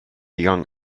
young